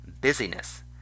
busyness